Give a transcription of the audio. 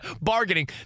Bargaining